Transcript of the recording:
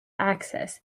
access